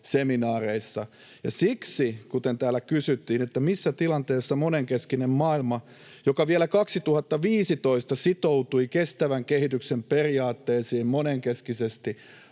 seminaareissa. Siksi — kun täällä kysyttiin, missä tilanteessa monenkeskinen maailma, joka vielä 2015 sitoutui kestävän kehityksen periaatteisiin monenkeskisesti,